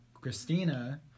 Christina